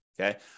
Okay